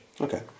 Okay